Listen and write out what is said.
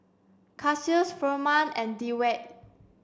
Cassius Firman and Dewitt